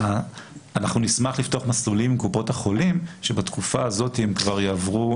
אנחנו נשמח לפתוח מסלולים עם קופות החולים שבתקופה הזאת הם כבר יעברו